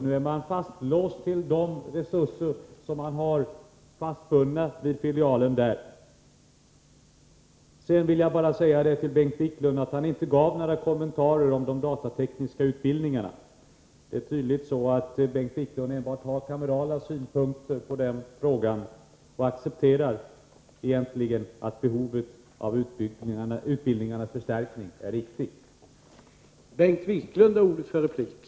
Nu är man fastlåst vid de resurser som är knutna till filialen i Växjö. Bengt Wiklund gav vidare inga kommentarer i frågan om de datatekniska utbildningarna. Det är tydligen så att Bengt Wiklund endast har kamerala synpunkter på den frågan och egentligen accepterar att utbildningarna behöver förstärkas.